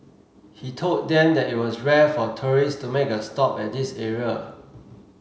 he told them that it was rare for tourists to make a stop at this area